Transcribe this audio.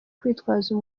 kwitwaza